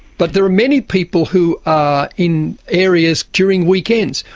but there are many people who are in areas during weekends,